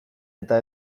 eta